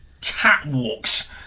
catwalks